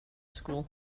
school